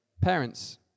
Parents